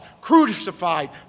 crucified